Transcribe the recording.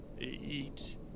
eat